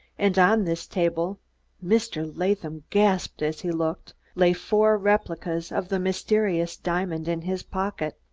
and on this table mr. latham gasped as he looked lay four replicas of the mysterious diamond in his pocket.